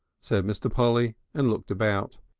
said mr. polly, and looked about.